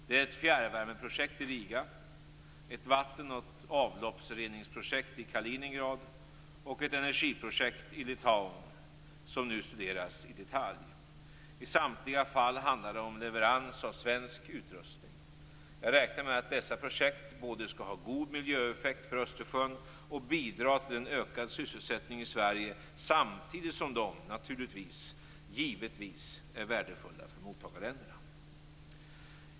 Det är ett fjärrvärmeprojekt i Riga, ett vatten och avloppsreningsprojekt i Kaliningrad och ett energiprojekt i Litauen som nu studeras i detalj. I samtliga fall handlar det om leverans av svensk utrustning. Jag räknar med att dessa projekt både skall ha god miljöeffekt för Östersjön och skall bidra till en ökad sysselsättning i Sverige, samtidigt som de givetvis är värdefulla för mottagarländerna.